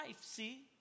see